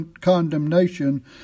condemnation